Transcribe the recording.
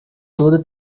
toda